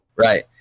Right